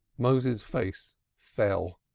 moses's face fell.